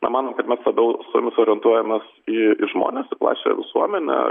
na manom kad labiau su jomis orientuojamės į žmones į plačiąją visuomenę